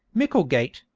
micklegate,